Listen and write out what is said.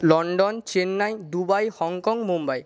London Chennai Dubai Hong Kong Mumbai